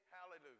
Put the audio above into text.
Hallelujah